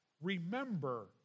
remember